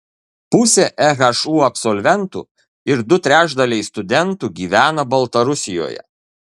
pusė ehu absolventų ir du trečdaliai studentų gyvena baltarusijoje